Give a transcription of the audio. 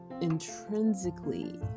intrinsically